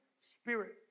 spirit